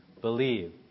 believe